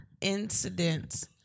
Incidents